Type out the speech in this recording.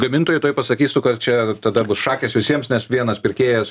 gamintojai tuoj pasakysiu kad čia dar bus šakės visiems nes vienas pirkėjas